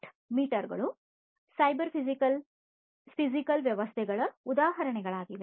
smart meter ಗಳು cyber physical physical ವ್ಯವಸ್ಥೆಗಳ ಉದಾಹರಣೆಗಳಾಗಿವೆ